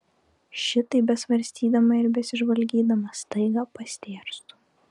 šitaip besvarstydama ir besižvalgydama staiga pastėrstu